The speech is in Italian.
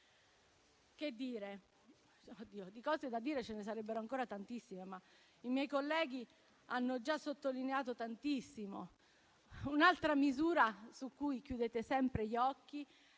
anni. Di cose da dire ce ne sarebbero ancora tantissime, ma i miei colleghi hanno già sottolineato molto. Un'altra misura su cui chiudete sempre gli occhi è